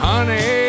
Honey